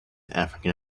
african